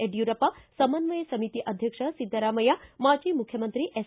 ಯಡ್ಕೂರಪ್ಪ ಸಮನ್ವಯ ಸಮಿತಿ ಅಧ್ಯಕ್ಷ ಿದ್ದರಾಮಯ್ಯ ಮಾಜಿ ಮುಖ್ಯಮಂತ್ರಿ ಎಸ್